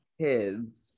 kids